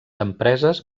empreses